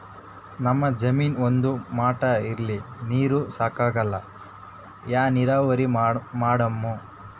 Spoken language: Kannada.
ನಮ್ ಜಮೀನ ಒಂದೇ ಮಟಾ ಇಲ್ರಿ, ನೀರೂ ಸಾಕಾಗಲ್ಲ, ಯಾ ನೀರಾವರಿ ಮಾಡಮು?